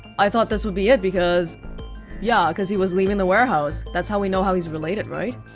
i thought this would be it, because yeah, cause he was leaving the warehouse, that's how we know how he's related, right?